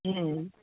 হুম